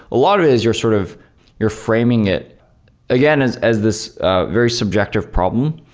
a lot of it is you're sort of you're framing it again, as as this very subjective problem,